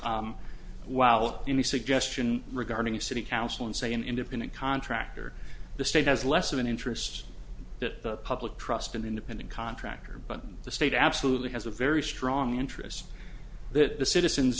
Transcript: while any suggestion regarding city council and say an independent contractor the state has less of an interest that the public trust an independent contractor but the state absolutely has a very strong interest that the citizens